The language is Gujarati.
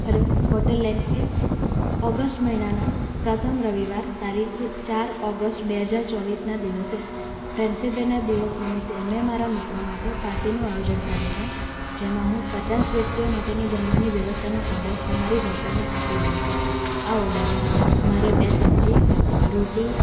હલો હોટેલ લેન્ડસ્કેપ ઑગસ્ટ મહિનાના પ્રથમ રવિવાર તારીખ ચાર ઑગસ્ટ બે હજાર ચોવીસના દિવસે ફ્રેન્ડશીપ ડેના દિવસ નિમિત્તે મેં મારા મિત્રો માટે પાર્ટીનું આયોજન કર્યું છે જેમાં હું પચાસ વ્યક્તિઓ માટેની જમવાની વ્યવસ્થાનો ઓર્ડર તમારી હોટેલને આપી રહી છું આ ઓર્ડરમાં મારે બે સબ્જી રોટી